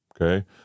okay